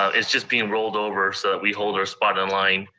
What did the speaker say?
ah it's just being rolled over so we hold our spot in line,